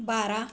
बारा